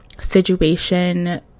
situation